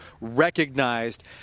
recognized